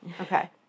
Okay